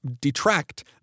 detract